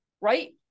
right